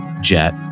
jet